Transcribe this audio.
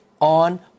on